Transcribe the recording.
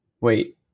Wait